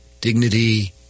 dignity